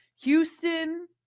Houston